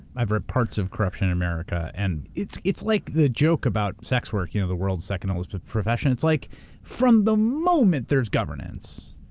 i read parts of corruption in america, and it's it's like the joke about sex work, you know the world's second oldest profession, it's like from the moment there's governance,